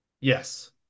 Yes